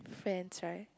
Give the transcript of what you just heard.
friends right